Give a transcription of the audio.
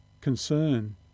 concern